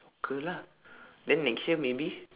soccer lah then next year maybe